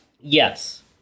Yes